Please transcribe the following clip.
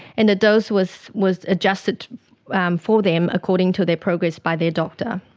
and the dose was was adjusted for them according to their progress by their doctor.